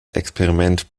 experiment